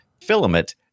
filament